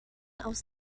aus